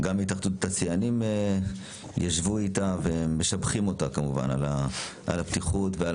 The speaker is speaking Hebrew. גם מהתאחדות התעשיינים ישבו איתה והם משבחים אותה כמובן על הפתיחות ועל